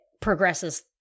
progresses